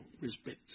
respect